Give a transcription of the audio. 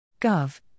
Gov